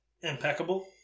impeccable